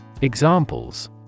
Examples